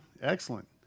excellent